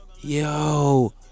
yo